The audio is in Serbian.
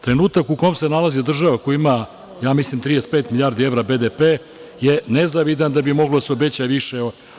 Trenutak u kom se nalazi država, koja ima, ja mislim, 35 milijardi evra BDP, je nezavidan da bi moglo da se obeća više.